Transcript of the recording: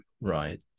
Right